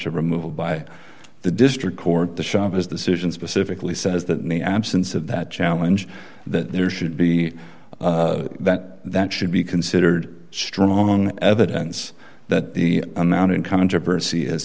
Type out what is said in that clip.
to removal by the district court the shop is the solution specifically says that in the absence of that challenge that there should be that that should be considered strong evidence that the amount in controversy is